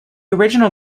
original